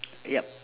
yup